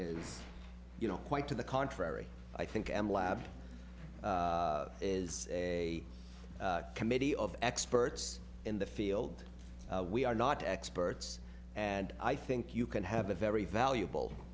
is you know quite to the contrary i think m lab is a committee of experts in the field we are not experts and i think you can have a very valuable